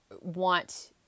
want